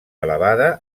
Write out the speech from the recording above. elevada